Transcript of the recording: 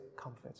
comfort